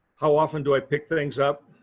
how often do i pick things up?